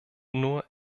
nur